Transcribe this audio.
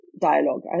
dialogue